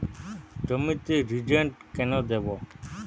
জমিতে রিজেন্ট কেন দেবো?